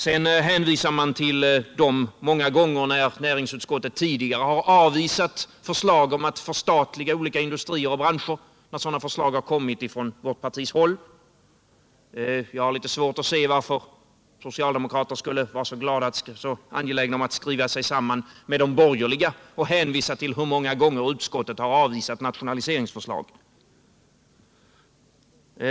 Sedan hänvisar man till de många gånger då näringsutskottet tidigare har avvisat förslag om att förstatliga olika industrier och branscher när sådana förslag har kommit från vårt partis håll. Jag har svårt att se varför socialdemokrater skulle vara så angelägna att skriva sig samman med de borgerliga och hänvisa till hur många gånger utskottet har avvisat nationaliseringsförslag.